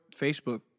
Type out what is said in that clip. Facebook